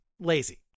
lazy